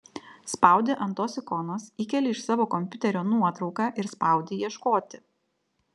spaudi ant tos ikonos įkeli iš savo kompiuterio nuotrauką ir spaudi ieškoti